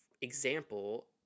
example